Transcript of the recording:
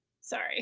Sorry